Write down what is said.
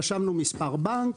רשמנו מספר בנק,